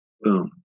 Boom